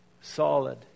solid